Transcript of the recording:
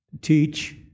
Teach